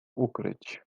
ukryć